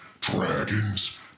dragons